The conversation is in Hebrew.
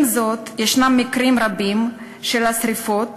עם זאת, יש מקרים רבים של שרפות